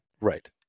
Right